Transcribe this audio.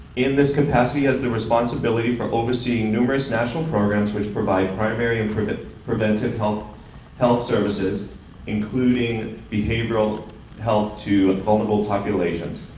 in this capacity he has the responsibility for overseeing numerous special programs which provide primary and preventive preventive health health services including behavioral health to vulnerable populations.